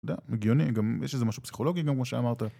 יודע, הגיוני, גם יש איזה משהו פסיכולוגי, גם כמו שאמרת.